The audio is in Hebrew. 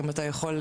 נכון.